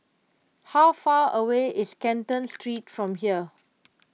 how far away is Canton Street from here